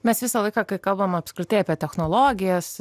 mes visą laiką kai kalbam apskritai apie technologijas